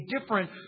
different